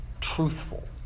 truthful